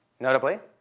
notably,